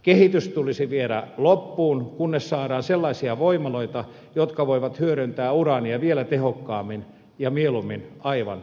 kehitys tulisi viedä loppuun kunnes saadaan sellaisia voimaloita jotka voivat hyödyntää uraania vielä tehokkaammin ja mieluummin aivan kokonaan